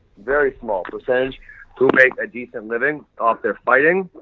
very small percentage to make a decent living off their fighting.